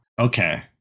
okay